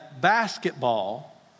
basketball